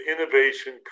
innovation